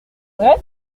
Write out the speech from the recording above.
vrai